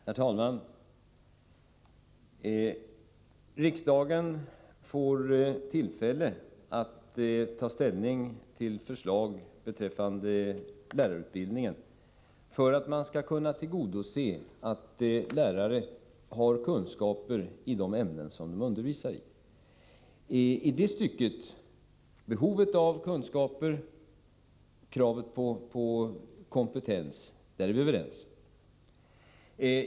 Herr talman! Riksdagen får tillfälle att beträffande lärarutbildningen ta ställning till förslag syftande till att tillgodose kravet att lärare har kunskaper i de ämnen de undervisar. I det stycket — när det gäller behovet av kunskaper och kravet på kompetens — är vi överens.